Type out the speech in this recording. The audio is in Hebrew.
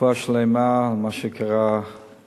רפואה שלמה, על מה שקרה במוצאי-שבת.